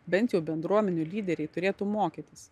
bent jau bendruomenių lyderiai turėtų mokytis